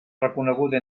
reconeguda